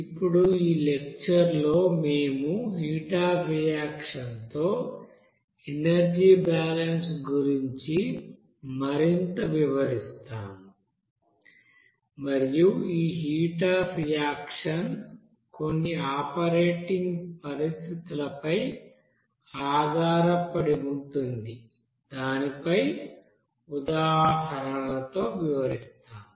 ఇప్పుడు ఈలెక్చర్ లో మేము హీట్ అఫ్ రియాక్షన్ తో ఎనర్జీ బాలన్స్ గురించి మరింత వివరిస్తాము మరియు ఈహీట్ అఫ్ రియాక్షన్ కొన్ని ఆపరేటింగ్ పరిస్థితుల పై ఆధారపడి ఉంటుంది దానిపై ఉదాహరణలతో వివరిస్తాము